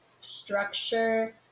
structure